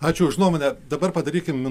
ačiū už nuomonę dabar padarykim